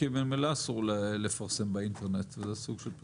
ממילא אסור לפרסם באינטרנט וזה סוג של פרסום.